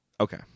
Okay